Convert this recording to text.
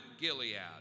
Gilead